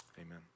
amen